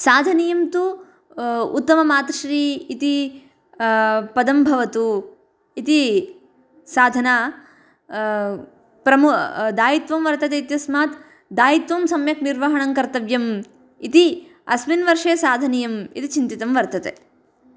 साधनीयं तु उत्तममातृश्री इति पदं भवतु इति साधना प्रमु दायित्त्वं वर्तते इत्यस्मात् दायित्त्वं सम्यक् निर्वहणं कर्तव्यम् इति अस्मिन् वर्षे साधनीयम् इति चिन्तितं वर्तते